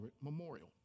memorial